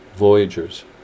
Voyagers